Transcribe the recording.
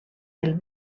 del